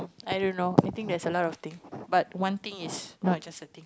i don't know I think there's a lot of things but one things is not just a thing